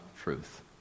truth